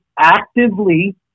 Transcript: actively